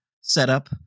setup